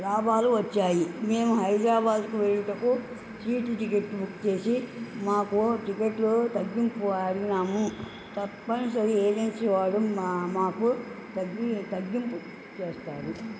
లాభాలు వచ్చాయి మేము హైదరాబాద్కు వెళ్ళుటకు సీట్లు టికెట్లు బుక్ చేసి మాకు టికెట్లు తగ్గింపు అడిగాము తప్పనిసరిగా ఏజెన్సీ వాడు మా మాకు తగ్గి తగ్గింపు చేస్తాడు